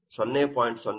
8 ಅನ್ನು 0